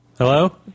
Hello